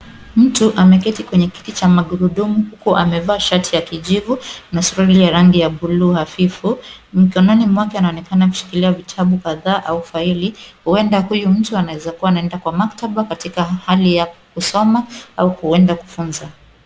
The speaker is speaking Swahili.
Mtu ameketi kwenye kiti cha magurudumu huku wamevaa shati ya kijivu na suruali ya rangi ya bluu hafifu. Mkononi mwake anaonekana akiwa ameshikilia vitabu kadha au faili huenda mtu huyu anaweza kuwa anaenda kwa maktaba katika hali ya kusoma au kuenda kufunza.